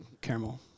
caramel